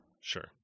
Sure